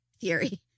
theory